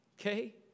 okay